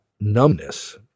numbness